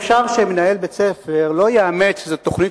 אפשר שמנהל בית-ספר לא יאמץ איזו תוכנית